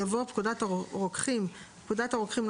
יבוא: "פקודת הרוקחים" פקודת הרוקחים ,